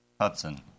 Hudson